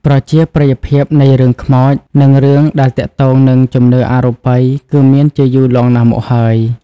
ប្រជាប្រិយភាពនៃរឿងខ្មោចនិងរឿងដែលទាក់ទងនឹងជំនឿអរូបី គឺមានជាយូរលង់ណាស់មកហើយ។